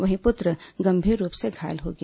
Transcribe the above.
वहीं पुत्र गंभीर रूप से घायल हो गया